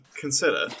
Consider